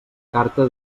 carta